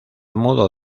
modo